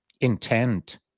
intent